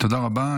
תודה רבה.